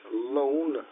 alone